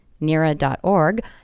nira.org